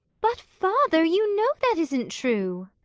but, father, you know that isn't true!